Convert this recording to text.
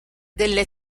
delle